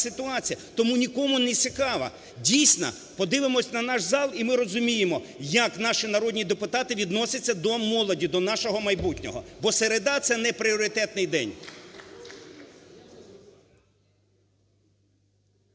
тому нікому не цікаво. Дійсно, подивимось на наш зал - і ми розуміємо, як наші народні депутати відносяться до молоді, до нашого майбутнього, бо середа – це не пріоритетний день.